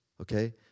Okay